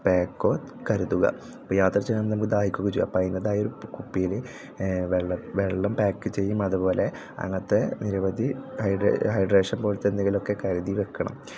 പാക്കോ കരുതുക ഇപ്പം യാത്ര ചെയ്യുമ്പം നമ്മൾ ദാഹിക്കുകയൊക്കെ ചെയ്യും അപ്പം അതിൻറ്റേതായ കുപ്പിയിൽ വെള്ളം വെള്ളം പാക്ക് ചെയ്യും അതുപോലെ അങ്ങനത്തെ നിരവധി ഹൈഡ്രേ ഹൈഡ്രേഷൻ പോലത്തെ എന്തെങ്കിലുമൊക്കെ കരുതി വെക്കണം